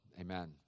Amen